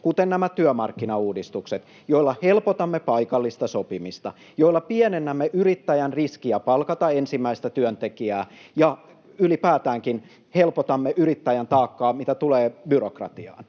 kuten nämä työmarkkinauudistukset, joilla helpotamme paikallista sopimista, joilla pienennämme yrittäjän riskiä palkata ensimmäistä työntekijää ja ylipäätäänkin helpotamme yrittäjän taakkaa, mitä tulee byrokratiaan,